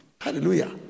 Hallelujah